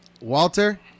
Walter